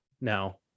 now